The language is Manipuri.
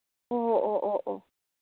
ꯑꯣ ꯑꯣ ꯑꯣ ꯑꯣ